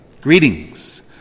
Greetings